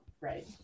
right